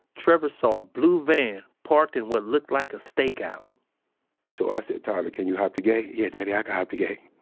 trevor saw a blue van parked in what looked like a stakeout so i said, tyler, can you hop the gate? yeah daddy, i can hop the